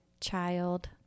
child